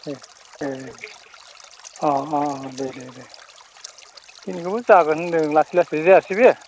ए ए अ अ दे दे दे जोंनिखौबो जागोन होनदों लासै लासै जायासै बे